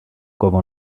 como